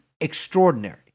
extraordinary